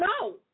No